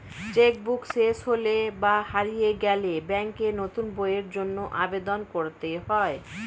check book শেষ হলে বা হারিয়ে গেলে ব্যাঙ্কে নতুন বইয়ের জন্য আবেদন করতে হয়